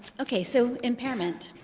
ok, so impairment